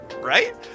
Right